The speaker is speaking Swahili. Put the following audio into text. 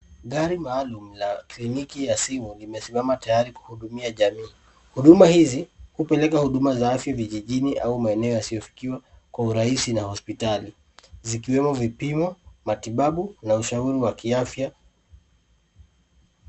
Gari maalum la kliniki ya simu limesimama tayari kuhudumia jamii. Huduma hizi, hupeleka huduma za afya vijijini, au maeneo yasiofikiwa kwa urahisi na hospitali, zikiwemo vipimo, matibabu, na ushauri wa kiafya.